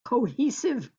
cohesive